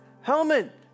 helmet